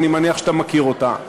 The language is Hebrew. אני מניח שאתה מכיר אותה,